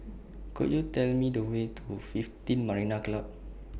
Could YOU Tell Me The Way to one fifteen Marina Club